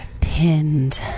Pinned